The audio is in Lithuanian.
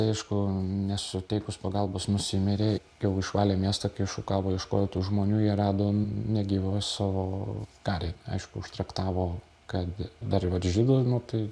aišku nesuteikus pagalbos nusimirė jau išvalė miestą šukavo ieškojo tų žmonių jie rado negyvą savo karį aišku užtraktavo kad dar vat žydų nu tai